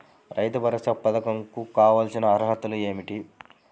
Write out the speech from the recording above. రైతు భరోసా పధకం కు కావాల్సిన అర్హతలు ఏమిటి?